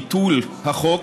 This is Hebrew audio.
ביטול החוק),